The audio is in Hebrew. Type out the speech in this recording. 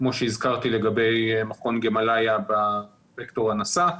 כמו שהזכרתי לגבי מכון גאמאליה בטכנולוגיית הנשא,